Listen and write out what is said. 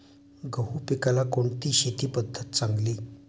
गहू पिकाला कोणती शेती पद्धत चांगली?